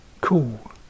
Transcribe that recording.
cool